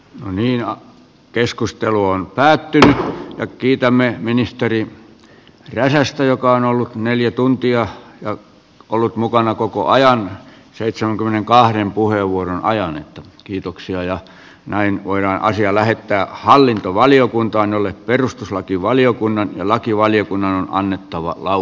nurmi ja keskustelu on päättynyt kiitämme ministerin lähes joka on ollut neljä tuntia ja ollut mukana koko ajan seitsemänkymmenenkahden puolen vuoden ajan että kiitoksia ja näin voidaan siellä hyppää hallintovaliokuntaan jolle perustuslakivaliokunnan lakivaliokunnan on joudumme käsittelemään